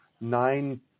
nine